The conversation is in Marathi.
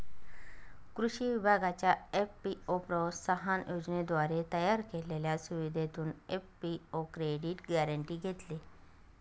कृषी विभागाच्या एफ.पी.ओ प्रोत्साहन योजनेद्वारे तयार केलेल्या सुविधेतून एफ.पी.ओ क्रेडिट गॅरेंटी घेतली